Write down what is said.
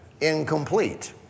Incomplete